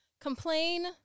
Complain